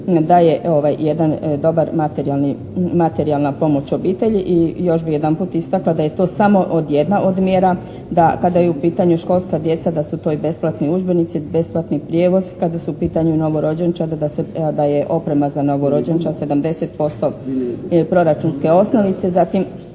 materijalni, materijalna pomoć obitelji i još bih jedanput istakla da je to jedna od mjera da kada je u pitanju školska djeca da su to i besplatni udžbenici, besplatni prijevoz, kada su u pitanju novorođenčad da je oprema za novorođenčad 70% proračunske osnovice, zatim